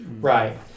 right